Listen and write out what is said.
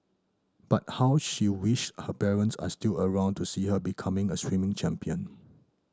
but how she wished her parents are still around to see her becoming a swimming champion